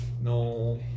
no